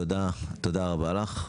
תודה רבה לך.